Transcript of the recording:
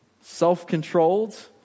self-controlled